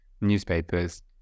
newspapers